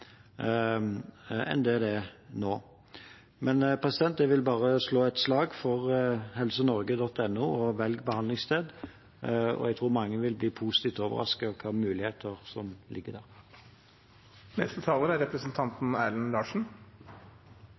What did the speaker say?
enn det den er nå. Jeg vil bare slå et slag for helsenorge.no og Velg behandlingssted, og jeg tror mange vil bli positivt overrasket over hvilke muligheter som ligger